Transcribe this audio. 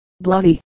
bloody